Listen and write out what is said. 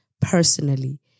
personally